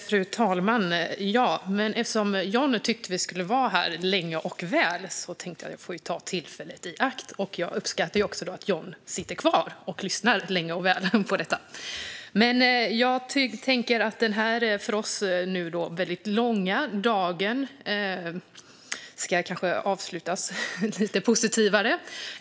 Fru talman! Eftersom John Widegren tyckte att vi skulle vara här länge och väl tänkte jag att jag får ta tillfället i akt. Jag uppskattar att John också sitter kvar länge och väl och lyssnar till detta. Denna för oss väldigt långa dag kanske ska avslutas lite mer positivt.